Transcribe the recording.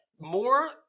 more